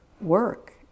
work